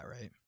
right